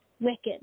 wicked